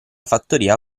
fattoria